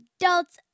adults